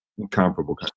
incomparable